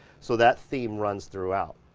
so that theme runs throughout.